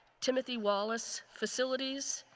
timothy wallace, facilities.